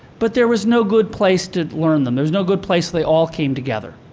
but there was no good place to learn them. there was no good place they all came together.